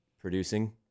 Producing